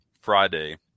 Friday